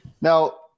Now